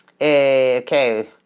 Okay